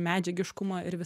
medžiagiškumą ir vis